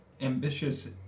ambitious